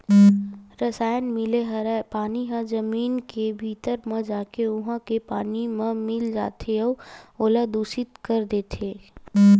रसायन मिले हरय पानी ह जमीन के भीतरी म जाके उहा के पानी म मिल जाथे अउ ओला दुसित कर देथे